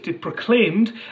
proclaimed